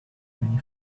many